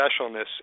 specialness